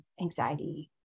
anxiety